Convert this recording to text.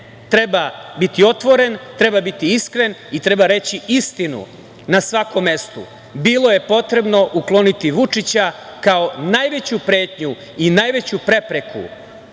treba biti otvoren, treba biti iskren i treba reći istinu na svakom mestu - bilo je potrebno ukloniti Vučića kao najveću pretnju i najveću prepreku